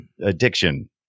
addiction